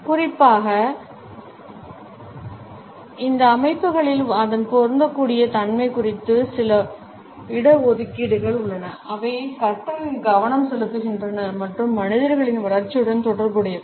குறிப்பாக அந்த அமைப்புகளில் அதன் பொருந்தக்கூடிய தன்மை குறித்து சில இட ஒதுக்கீடுகள் உள்ளன அவை கற்றலில் கவனம் செலுத்துகின்றன மற்றும் மனிதர்களின் வளர்ச்சியுடன் தொடர்புடையவை